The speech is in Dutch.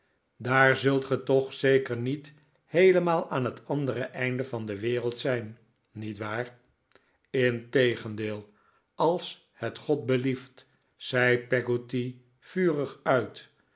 daar zult ge toch zeker niet heelemaal aan het andere einde van de wereld zijn niet waar integendeel als het god belieft riep peggotty vurig uif